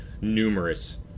numerous